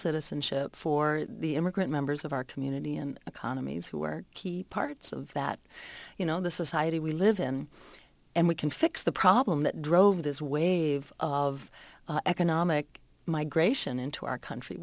citizenship for the immigrant members of our community and economies who are key parts of that you know the society we live in and we can fix the problem that drove this wave of economic migration into our country